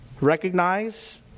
recognize